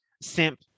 simp